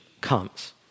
comes